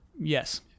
Yes